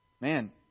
Man